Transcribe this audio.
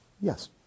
Yes